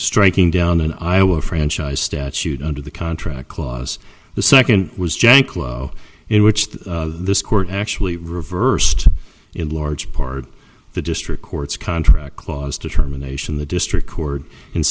striking down an iowa franchise statute under the contract clause the second was janklow in which the court actually reversed in large part the district courts contract clause determination the district court in